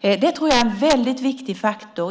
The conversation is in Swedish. Jag tror att det är en väldigt viktig faktor.